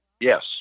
Yes